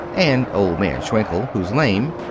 and old man schwenkel, who's lame.